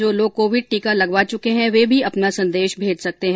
जो लोग कोविड टीका लगवा चुके हैं वे भी अपना संदेश भेज सकते हैं